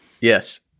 Yes